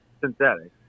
synthetic